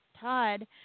Todd